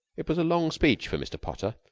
it was a long speech for mr. potter,